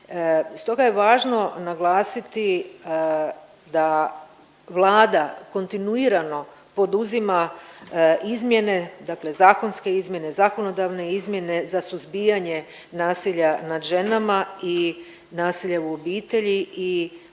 Stoga je važno naglasiti da Vlada kontinuirano poduzima izmjene, dakle zakonske izmjene, zakonodavne izmjene za suzbijanje nasilja nad ženama i nasilja u obitelji i osnaživanje